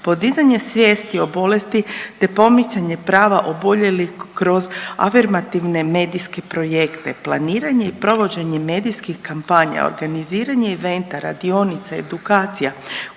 podizanje svijesti o bolesti te pomicanje prava oboljelih kroz afirmativne medijske projekte, planiranje i provođenje medijskih kampanja, organiziranje eventa, radionica, edukacija,